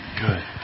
Good